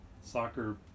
soccer